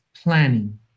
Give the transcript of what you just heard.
planning